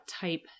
type